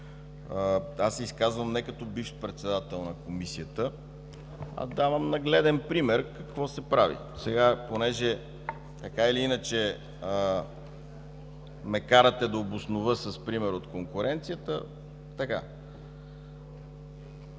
се изказвам не като бивш председател на Комисията, а давам нагледен пример какво се прави. Така или иначе ме карате да обоснова с пример от конкуренцията...